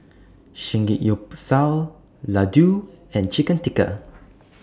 Samgeyopsal Ladoo and Chicken Tikka